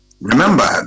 Remember